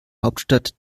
hauptstadt